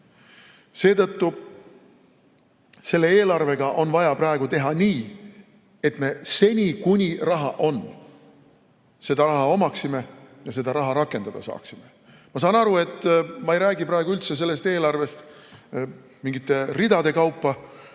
Seetõttu on selle eelarvega vaja praegu teha nii, et me seni, kuni raha on, kuni me raha omame, seda raha ka rakendada saaksime. Ma saan aru, et ma ei räägi praegu üldse sellest eelarvest mingite ridade kaupa.